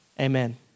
amen